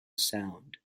sound